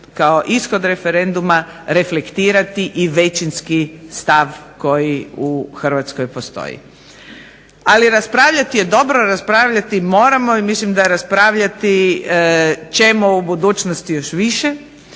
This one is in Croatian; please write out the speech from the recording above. kao ishod referenduma reflektirati i većinski stav koji u Hrvatskoj postoji. Ali raspravljati je dobro, raspravljati moramo i mislim da raspravljati ćemo u budućnosti još više,